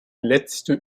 letzte